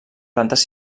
plantes